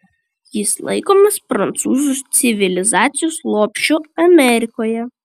jis laikomas prancūzų civilizacijos lopšiu amerikoje